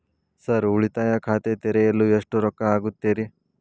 Sir ಉಳಿತಾಯ ಖಾತೆ ತೆರೆಯಲು ಎಷ್ಟು ರೊಕ್ಕಾ ಆಗುತ್ತೇರಿ?